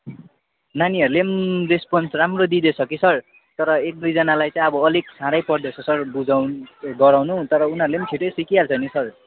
नानीहरूले पनि रेस्पोन्स राम्रो दिँदैछ कि सर तर एक दुईजनालाई चाहिँ अब अलिक साह्रै पर्दैछ सर बुझाउनु गराउनु तर उनीहरूले पनि छिटै सिकिहाल्छ नि सर